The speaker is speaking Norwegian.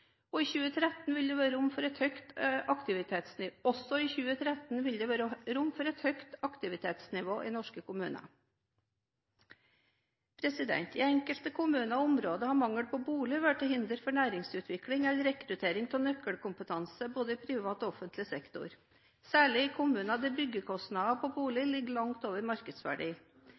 Også i 2013 vil det være rom for et høyt aktivitetsnivå i norske kommuner. I enkelte kommuner og områder kan mangel på bolig være til hinder for næringsutvikling eller rekruttering av nøkkelkompetanse i både privat og offentlig sektor, særlig i kommuner der byggekostnader for boliger ligger langt over markedsverdi.